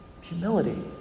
Humility